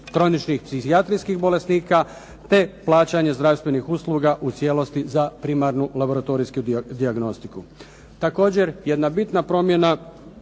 kroničkih psihijatrijskih bolesnika te plaćanje zdravstvenih usluga u cijelosti za primarnu laboratorijsku dijagnostiku. Također, jedna bitna promjena